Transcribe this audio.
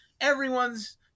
Everyone's